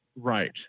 Right